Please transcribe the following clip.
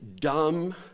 dumb